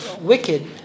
wicked